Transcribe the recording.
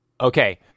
Okay